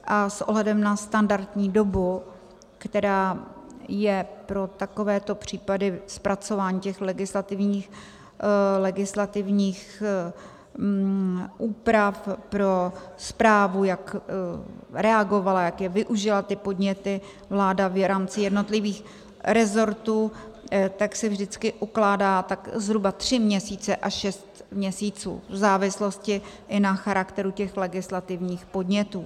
A s ohledem na standardní dobu, která je pro takovéto případy zpracování těch legislativních úprav pro správu, jak reagovala, jak využila ty podněty vláda v rámci jednotlivých rezortů, tak se vždycky ukládá tak zhruba tři měsíce až šest měsíců v závislosti i na charakteru těch legislativních podnětů.